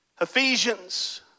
Ephesians